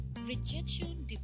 Rejection